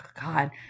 God